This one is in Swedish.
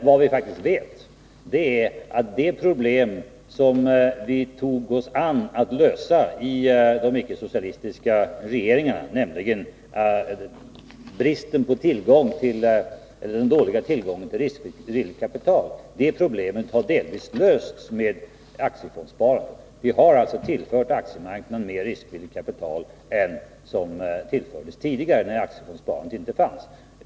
Vad vi däremot vet är att det problem som vi tog oss an att lösa i de icke socialistiska regeringarna, nämligen den dåliga tillgången till riskvilligt kapital, har delvis lösts med aktiefondssparandet. Vi har tillfört aktiemarknaden mer riskvilligt kapital än vad som tillfördes tidigare då aktiefondssparandet inte fanns.